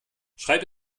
schreib